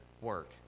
work